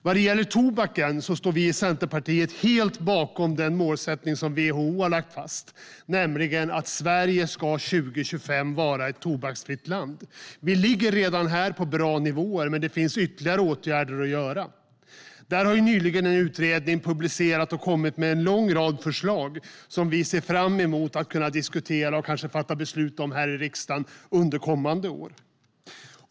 Vad gäller tobaken står vi i Centerpartiet helt bakom den målsättning som WHO har lagt fast, nämligen att Sverige ska vara ett tobaksfritt land 2025. Vi ligger redan på bra nivåer, men det finns ytterligare åtgärder att vidta. En utredning har nyligen publicerats med en lång rad förslag som vi ser fram emot att kunna diskutera och kanske fatta beslut om här i riksdagen under kommande år.